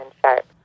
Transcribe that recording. sharp